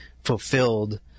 fulfilled